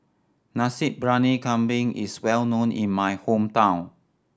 Nasi Briyani Kambing is well known in my hometown